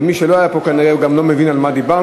מי שלא היה פה כנראה גם לא מבין על מה דיברנו.